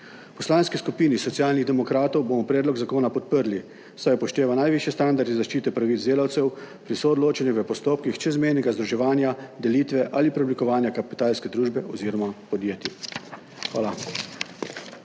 Poslanski skupini Socialnih demokratov bomo predlog zakona podprli, saj upošteva najvišje standarde zaščite pravic delavcev pri soodločanju v postopkih čezmejnega združevanja, delitve ali preoblikovanja kapitalske družbe oziroma podjetij. Hvala.